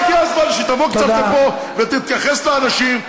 והגיע הזמן שתבוא קצת לפה ותתייחס לאנשים,